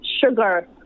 sugar